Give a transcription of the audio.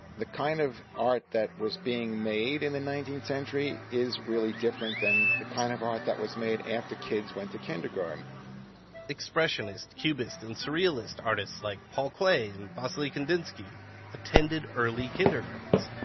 the kind of art that was being made in the nineteenth century is really different than the kind of art that was made after kids went to kindergarten expressionist, cubist, and surrealist artists like paul klee and wassily kandinsky attended early kindergartens.